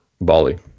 Bali